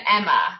Emma